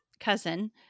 cousin